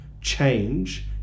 change